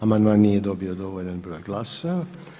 Amandman nije dobio dovoljan broj glasova.